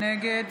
נגד